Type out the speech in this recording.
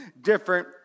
different